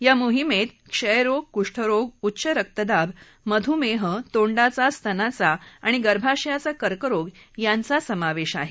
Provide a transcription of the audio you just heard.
या मोहिमेत क्षयरोग कुष्ठरोग उच्चरक्तदाब मधुमेह तोंडाचा स्तनांचा आणि गर्भाशयाचा कर्करोग यांचा समावेश आहे